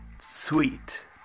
Sweet